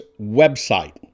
website